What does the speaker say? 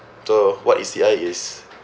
so what is C_I is